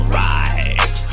rise